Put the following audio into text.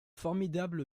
formidable